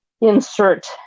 insert